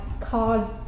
cause